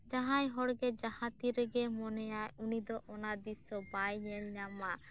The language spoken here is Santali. ᱡᱟᱦᱟᱸᱭ ᱦᱚᱲᱜᱮ ᱡᱟᱦᱟᱸ ᱛᱤᱱ ᱨᱮᱜᱮᱭ ᱢᱚᱱᱮᱭᱟᱭ ᱩᱱᱤᱫᱚ ᱚᱱᱟ ᱫᱨᱤᱥᱥᱳ ᱵᱟᱭ ᱧᱮᱞ ᱧᱟᱢᱟ